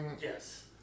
Yes